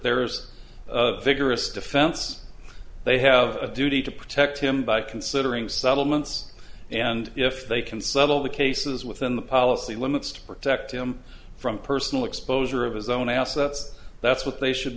there's a vigorous defense they have a duty to protect him by considering settlements and if they can settle the cases within the policy limits to protect him from personal exposure of his own assets that's what they should